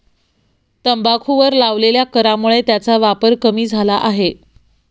तंबाखूवर लावलेल्या करामुळे त्याचा वापर कमी झाला आहे